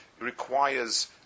requires